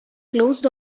closed